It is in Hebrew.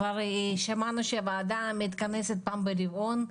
כבר שמענו שהוועדה מתכנסת פעם ברבעון,